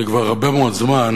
אני כבר הרבה מאוד זמן,